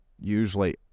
usually